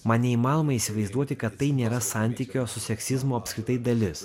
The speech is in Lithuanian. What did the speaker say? man neįmanoma įsivaizduoti kad tai nėra santykio su seksizmu apskritai dalis